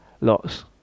lots